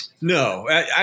No